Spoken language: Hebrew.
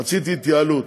רציתי התייעלות.